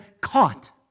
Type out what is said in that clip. caught